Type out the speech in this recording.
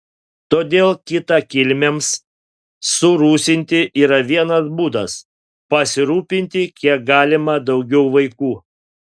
todėl kitakilmiams surusinti yra vienas būdas pasirūpinti kiek galima daugiau vaikų